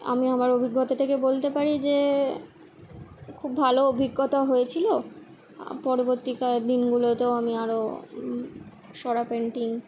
আমি আমার অভিজ্ঞতা থেকে বলতে পারি যে খুব ভালো অভিজ্ঞতা হয়েছিল পরবর্তীকার দিনগুলোতেও আমি আরও সরা পেন্টিং